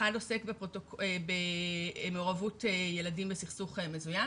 אחד עוסק במעורבות ילדים בסכסוך מזוין